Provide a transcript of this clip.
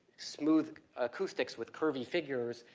smooth acoustics with curvy figures,